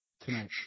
Tonight